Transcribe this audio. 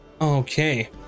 okay